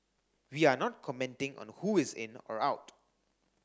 we are not commenting on who is in or out